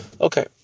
Okay